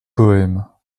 poèmes